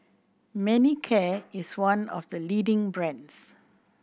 Manicare is one of the leading brands